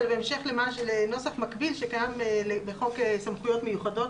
אבל בהמשך לנוסח מקביל שקיים בחוק סמכויות מיוחדות,